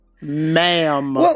ma'am